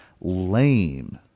lame